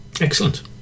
excellent